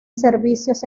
servicios